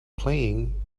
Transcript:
playing